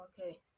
Okay